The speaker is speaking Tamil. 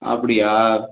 அப்படியா